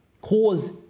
cause